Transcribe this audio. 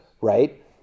right